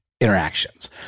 Interactions